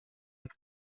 with